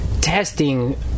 testing